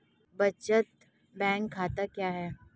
बचत बैंक खाता क्या है?